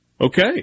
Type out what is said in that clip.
okay